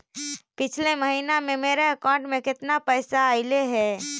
पिछले महिना में मेरा अकाउंट में केतना पैसा अइलेय हे?